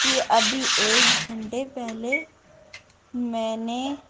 کہ ابھی ایک گھنٹے پہلے میں نے